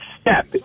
step